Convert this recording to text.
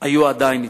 היו עדיין אתנו.